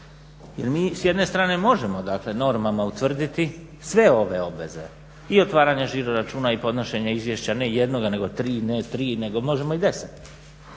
jer mi s jedne strane možemo dakle normama utvrditi sve ove obveze i otvaranja žiro-računa i podnošenja izvješća ne jednoga nego tri, ne tri nego možemo i deset,